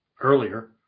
earlier